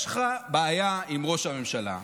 יש לך בעיה עם ראש הממשלה,